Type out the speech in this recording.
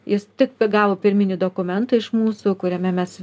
jis tiktai gavo pirminį dokumentą iš mūsų kuriame mes